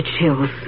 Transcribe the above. chills